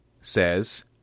says